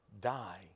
die